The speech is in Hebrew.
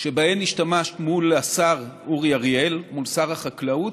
שבהן השתמשת מול השר אורי אריאל, מול שר החקלאות,